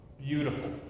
beautiful